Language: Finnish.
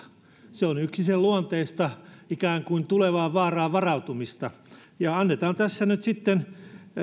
se on yksi sen luonteista ikään kuin tulevaan vaaraan varautuminen annetaan tässä nyt sitten